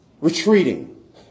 retreating